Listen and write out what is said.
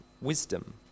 wisdom